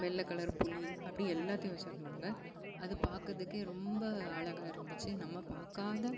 வெள்ளை கலர் புலி அப்படி எல்லாத்தையும் வச்சிருந்தாங்கள் அது பார்க்குறதுக்கே ரொம்ப அழகா இருந்துச்சு நம்ம பார்க்காத